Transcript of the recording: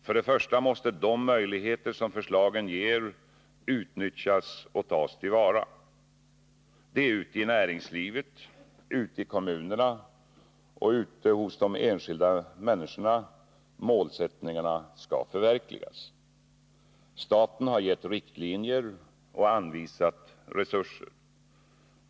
Först och främst måste de möjligheter som förslagen ger utnyttjas och tas till vara. Det är ute i näringslivet, ute i kommunerna och ute hos de enskilda människorna, målsättningarna skall förverkligas. Staten har gett riktlinjer och anvisat resurser.